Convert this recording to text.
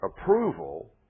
approval